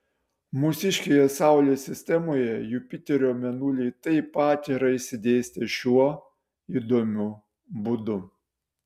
mūsiškėje saulės sistemoje jupiterio mėnuliai taip pat yra išsidėstę šiuo įdomiu būdu